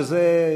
שזה,